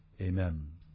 Amen